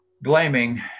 Blaming